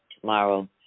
Tomorrow